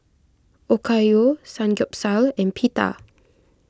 Okayu Samgyeopsal and Pita